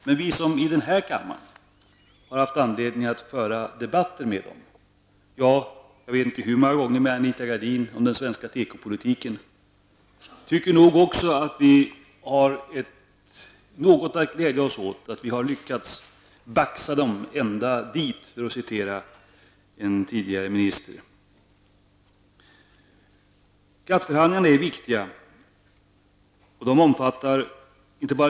Men vi som i den här kammaren har haft anledning att föra debatter med dem -- jag vet inte hur många gånger jag har haft debatter med Anita Gradin om den svenska tekopolitiken -- tycker nog också att vi kan glädja oss åt att vi lyckats ''baxa dem ända hit'', för att citera en tidigare minister. GATT-förhandlingarna är viktiga.